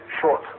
short